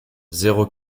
zéro